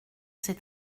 ses